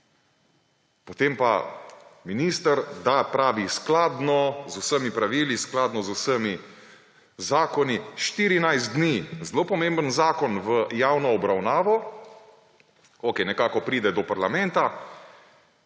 Potem pa minister da – pravi, »skladno z vsemi pravili, skladno z vsemi zakoni« – za 14 dni zelo pomemben zakon v javno obravnavo, okej nekako pride do parlamenta,